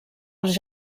els